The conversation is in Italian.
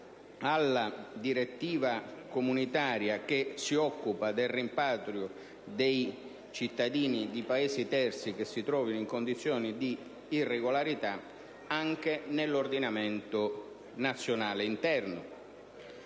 alla direttiva comunitaria che si occupa del rimpatrio dei cittadini di Paesi terzi che si trovino in condizione di irregolarità. E questa è la prima ragione per